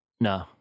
No